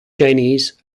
chinese